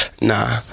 Nah